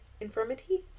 infirmity